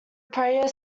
prayer